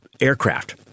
aircraft